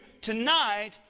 tonight